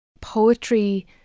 Poetry